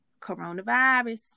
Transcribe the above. coronavirus